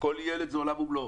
שכל ילד זה עולם ומלואו.